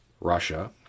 Russia